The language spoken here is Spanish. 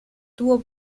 tuvo